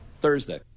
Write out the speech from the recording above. Thursday